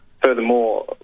Furthermore